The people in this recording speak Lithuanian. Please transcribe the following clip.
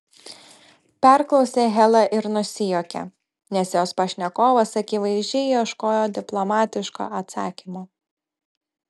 perklausė hela ir nusijuokė nes jos pašnekovas akivaizdžiai ieškojo diplomatiško atsakymo